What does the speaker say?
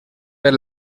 per